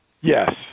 Yes